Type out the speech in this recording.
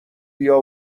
بیا